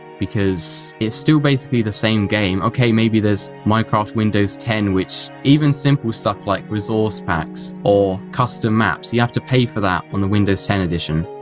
because it's still basically the same game ok maybe there's minecraft windows ten, which even simple stuff like resource packs, or custom maps, you have to pay for that on the windows ten edition.